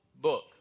book